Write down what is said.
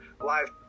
live